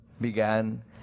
began